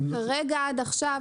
רגע עד עכשיו,